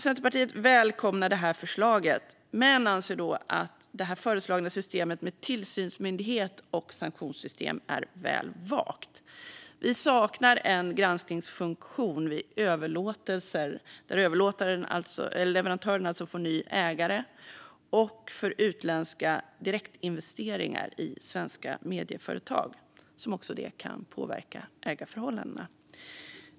Centerpartiet välkomnar förslaget men anser att det föreslagna systemet, med tillsynsmyndighet och sanktionssystem, är väl vagt. Vi saknar en granskningsfunktion vid överlåtelser, där alltså leverantören får nya ägare, och för utländska direktinvesteringar i svenska medieföretag, som också kan påverka ägarförhållandena.